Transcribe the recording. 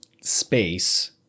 space